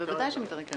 הם יותר יקרים.